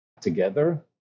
together